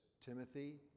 Timothy